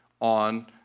on